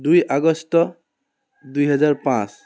দুই আগষ্ট দুহেজাৰ পাঁচ